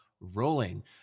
rolling